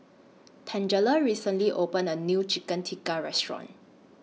Tangela recently opened A New Chicken Tikka Restaurant